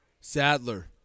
Sadler